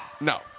No